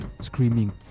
screaming